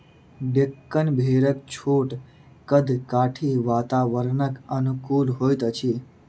डेक्कन भेड़क छोट कद काठी वातावरणक अनुकूल होइत अछि